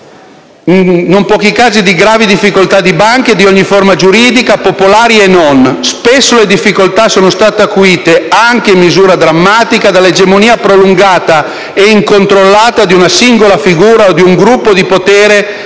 in non pochi casi di gravi difficoltà di banche di ogni forma giuridica, popolari e non. Spesso le difficoltà sono state acuite, anche in misura drammatica, dall'egemonia prolungata e incontrollata di una singola figura o di un gruppo di potere